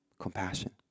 compassion